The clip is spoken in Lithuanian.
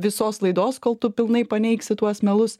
visos laidos kol tu pilnai paneigsi tuos melus